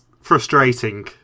frustrating